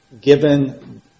given